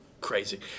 Crazy